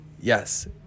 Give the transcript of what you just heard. Yes